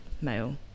male